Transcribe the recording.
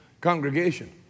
congregation